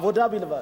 עבודה בלבד.